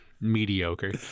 Mediocre